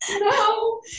No